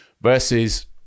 versus